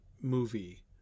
movie